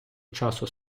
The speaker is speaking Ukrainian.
часу